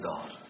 God